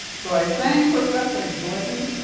so i thank professor and glidden